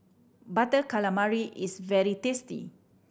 Butter Calamari is very tasty